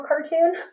cartoon